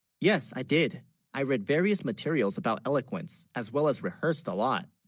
yes i did i read various materials about eloquence as, well as rehearsed a lot